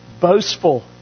boastful